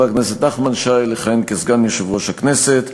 הכנסת נחמן שי לכהן כסגן יושב-ראש הכנסת,